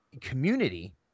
community –